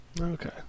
Okay